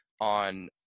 on